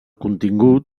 contingut